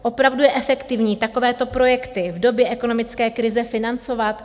Opravdu je efektivní takovéto projekty v době ekonomické krize financovat?